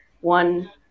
one